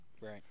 Right